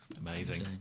Amazing